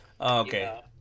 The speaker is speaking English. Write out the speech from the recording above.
Okay